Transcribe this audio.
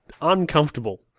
uncomfortable